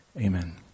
Amen